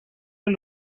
him